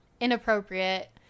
inappropriate